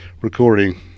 recording